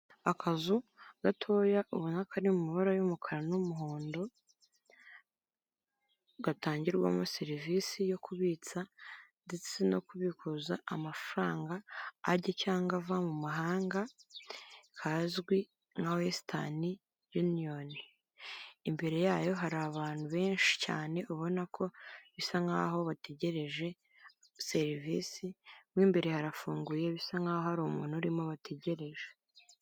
Akazu gatoya ubona kari mu mabara y'umukara n'umuhondo gatangirwamo serivisi yo kubitsa ndetse no kubikuza amafaranga ajya cyangwa ava mu mahanga hazwi nka wesitani yuniyoni. Imbere yayo hari abantu benshi cyane ubona ko bisa nk'aho bategereje serivisi , mu imbere harafunguye bisa nk'aho hari umuntu urimo bategereje.